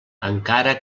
encara